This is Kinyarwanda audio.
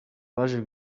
baje